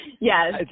Yes